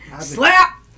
Slap